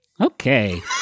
Okay